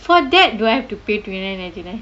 for that do I have to pay twenty nine ninety nine